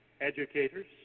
educators